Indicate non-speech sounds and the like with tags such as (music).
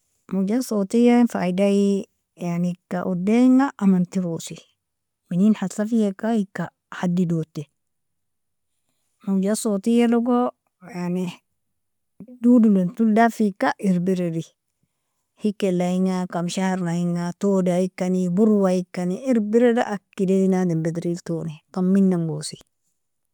Mawjat sawtin faidaie, yani ika udinga amanterosi, minin haslafiaka ika hadidoti mawjat sawtialogo yani (hesitation) dodolon tol dafika erberadi hikelinga kam sharnainga todiekani borwaikani irbirda akeda adam badrieltoni taminagosi.